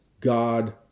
God